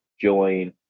join